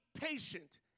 patient